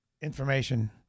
information